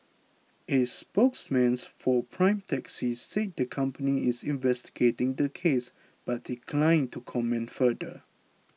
a spokesman's for Prime Taxi said the company is investigating the case but declined to comment further